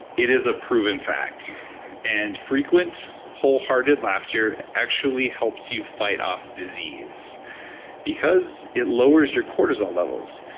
it is a proven fact and frequent, whole-hearted laughter actually helps you fight off disease because it lowers your cortisol levels.